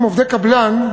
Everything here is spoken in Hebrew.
עובדי קבלן,